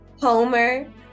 Homer